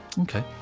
Okay